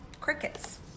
Crickets